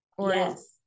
Yes